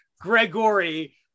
Gregory